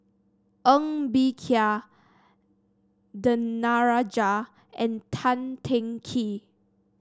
Ng Bee Kia Danaraj and Tan Teng Kee